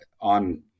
on